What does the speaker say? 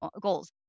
goals